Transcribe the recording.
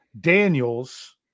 Daniels